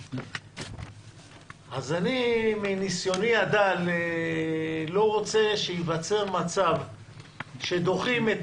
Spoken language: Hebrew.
אז אני מניסיוני הדל לא רוצה שייווצר מצב שדוחים את